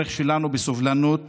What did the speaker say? הצורך שלנו בסובלנות